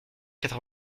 quatre